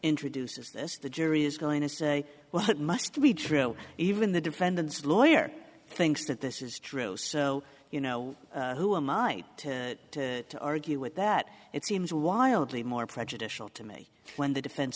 introduces this the jury is going to say well it must be true even the defendant's lawyer thinks that this is true so you know who i might argue with that it seems wildly more prejudicial to me when the defen